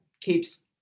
keeps